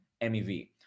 MEV